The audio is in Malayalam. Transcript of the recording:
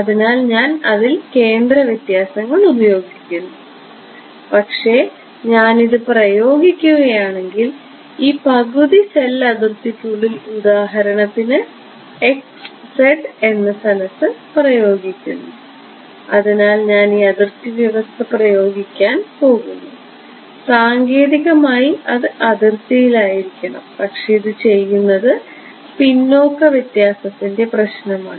അതിനാൽ ഞാൻ അതിൽ കേന്ദ്രവ്യത്യാസങ്ങൾ പ്രയോഗിക്കുന്നു പക്ഷേ ഞാൻ ഇത് പ്രയോഗിക്കുകയാണെങ്കിൽ ഈ പകുതി സെൽ അതിർത്തിക്കുള്ളിൽ ഉദാഹരണത്തിന് x z എന്ന സ്ഥലത്ത് പ്രയോഗിക്കുന്നു അതിനാൽ ഞാൻ ഈ അതിർത്തി വ്യവസ്ഥ പ്രയോഗിക്കാൻ പോകുന്നു സാങ്കേതികമായി അത് അതിർത്തിയിൽ ആയിരിക്കണം പക്ഷേ ഇത് ചെയ്യുന്നത് പിന്നോക്ക വ്യത്യാസത്തിന്റെ പ്രശ്നമാണ്